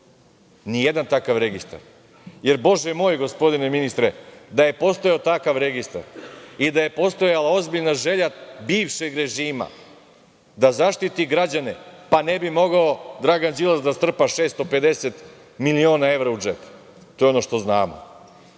nijedan takav registar. Jer bože moj, gospodine ministre, da je postojao takav registar i da je postojala ozbiljna želja bivšeg režima da zaštiti građane, pa ne bi mogao Dragan Đilas da strpa 650 miliona evra u džep. To je ono što znamo,